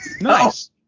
Nice